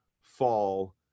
fall